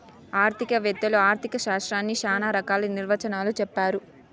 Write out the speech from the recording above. ఆర్థిక వేత్తలు ఆర్ధిక శాస్త్రాన్ని శ్యానా రకాల నిర్వచనాలు చెప్పారు